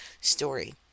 story